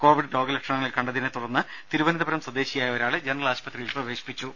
Covid രോഗ ലക്ഷണങ്ങൾ കണ്ടതിനെ തുടർന്ന് തിരുവനന്തപുരം സ്വദേശിയായ ഒരാളെ ജനറൽ ആശുപത്രിയിൽ പ്രവേശിപ്പിച്ചു